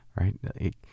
right